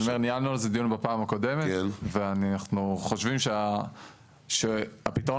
ניהלנו דיון בפעם הקודמת ואנחנו חושבים שמדובר בפתרון